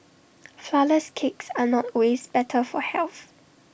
Flourless Cakes are not ways better for health